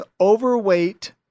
overweight